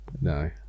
No